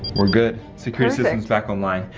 we're good. security systems back online.